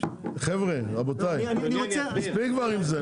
חבר'ה, רבותיי, מספיק כבר עם זה.